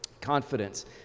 confidence